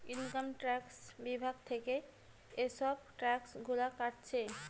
income tax বিভাগ থিকে এসব ট্যাক্স গুলা কাটছে